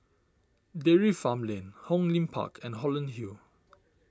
Dairy Farm Lane Hong Lim Park and Holland Hill